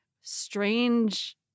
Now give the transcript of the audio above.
strange